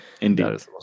Indeed